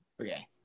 Okay